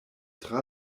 tra